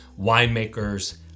winemakers